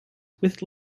with